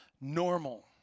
normal